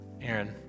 Aaron